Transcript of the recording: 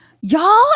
y'all